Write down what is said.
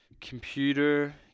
computer